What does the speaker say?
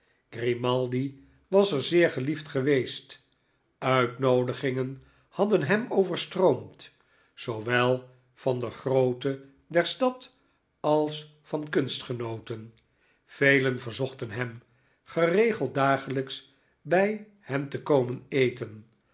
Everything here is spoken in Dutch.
grimaldi was er zeer geliefd geweest uitnoodigingen hadden hem overstroomd zoowel van de grooten der stad als van kunstgenooten velen verzochten hem geregeld dagelijks bij hen te komen eten